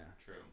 True